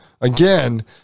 again